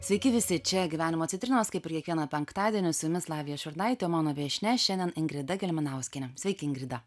sveiki visi čia gyvenimo citrinos kaip ir kiekvieną penktadienį o su jumis lavija šurnaitė o mano viešnia šiandien ingrida gelminauskienė sveiki ingrida